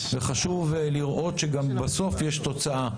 חשוב לראות שגם בסוף יש תוצאה.